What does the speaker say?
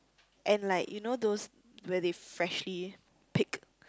and like you know those where they freshly pick